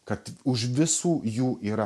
kad už visų jų yra